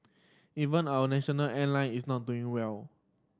even our national airline is not doing well